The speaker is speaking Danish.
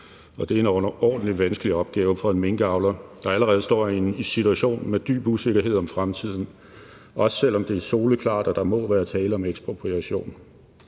det er en overordentlig vanskelig opgave for en minkavler, der allerede står i en situation med dyb usikkerhed om fremtiden, også selv om det er soleklart, at der må være tale om ekspropriation.